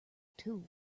tools